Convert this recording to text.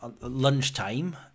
lunchtime